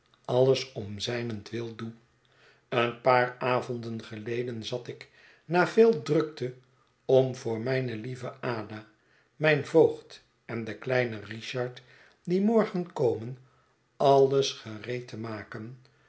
alles om zijnentwil doe een paar avonden geleden zat ik na veel drukte om voor mijne lieve ada mijn voogd en den kleinen richard die morgen komen alles gereed te maken